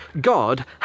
God